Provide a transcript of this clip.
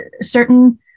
certain